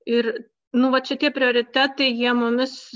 ir nu vat šitie prioritetai jie mumis